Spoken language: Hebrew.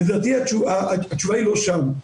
לדעתי התשובה לא שם.